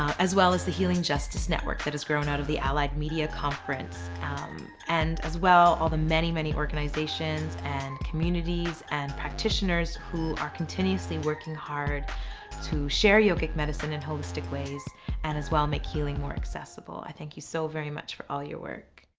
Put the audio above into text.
as well as the healing justice network that has grown our of the allied media conference um and as well all the many many organizations and communities and practitioners who are continuously working hard to share yogic medicine in holistic ways and as well making healing more accessible i thank you so very much for all your work.